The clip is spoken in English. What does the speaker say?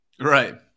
Right